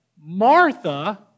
Martha